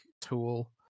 tool